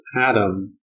Adam